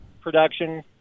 production